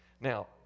Now